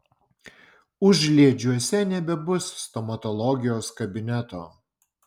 užliedžiuose nebebus stomatologijos kabineto